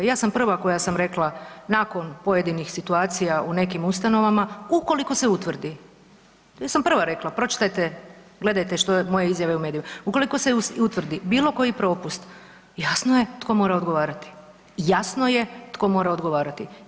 Ja sam prva koja sam rekla nakon pojedinih situacija u nekim ustanovama ukoliko se utvrdi, ja sam prva rekla, pročitajte, gledajte što je, moje izjave u mediju, ukoliko se i utvrdi bilo koji propust jasno je tko mora odgovarati, jasno je tko mora odgovarati.